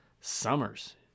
summers